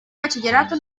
bachillerato